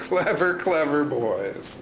clever clever boy